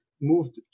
moved